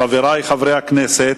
חברי, חברי הכנסת,